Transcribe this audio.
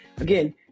again